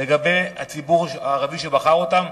לגבי הציבור הערבי שבחר אותם?